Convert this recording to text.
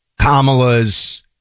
Kamala's